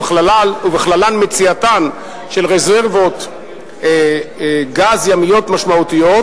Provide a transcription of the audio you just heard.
ובכללן מציאתן של רזרבות גז ימיות משמעותיות,